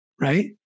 Right